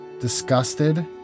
Disgusted